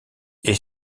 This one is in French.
est